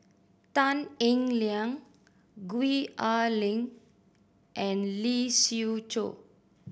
Tan Eng Liang Gwee Ah Leng and Lee Siew Choh